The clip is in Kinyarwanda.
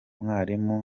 mwarimu